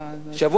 גברתי היושבת-ראש,